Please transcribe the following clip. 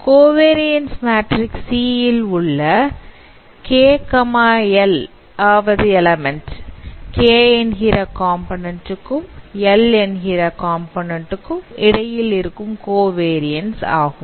covariance matrix C இல் உள்ள kl ஆவது எல்மெண்ட் k என்கிற காம்போநன்ண்ட் க்கும் l என்கிற காம்போநன்ண்ட் க்கும் இடையில் இருக்கும் கோவரியன்ஸ் ஆகும்